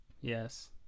Yes